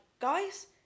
guys